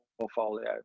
portfolio